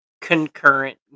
concurrent